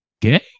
gay